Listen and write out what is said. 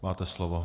Máte slovo.